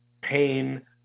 pain